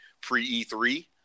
pre-E3